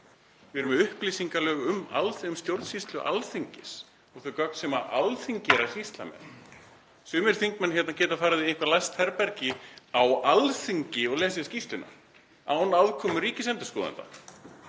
Við erum með upplýsingalög um stjórnsýslu Alþingis og þau gögn sem Alþingi er að sýsla með. Sumir þingmenn geta farið í eitthvert læst herbergi á Alþingi og lesið skýrsluna án aðkomu ríkisendurskoðanda.